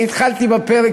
אני התחלתי בפרק,